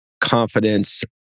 confidence